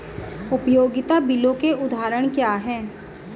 उपयोगिता बिलों के उदाहरण क्या हैं?